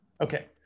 Okay